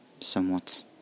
Somewhat